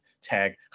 Tag